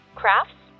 crafts